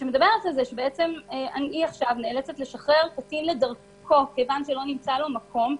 שעכשיו היא נאצלת לשחרר קטין לדרכו כיוון שלא נמצא לו מקום,